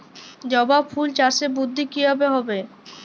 জবা ফুল চাষে বৃদ্ধি কিভাবে হবে?